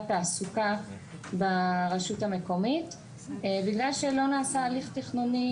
התעסוקה ברשות המקומית בגלל שלא נעשה הליך תכנוני